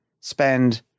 spend